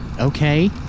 Okay